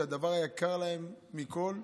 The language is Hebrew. הדבר היקר להם מכול,